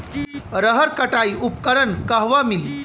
रहर कटाई उपकरण कहवा मिली?